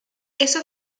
eso